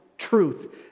Truth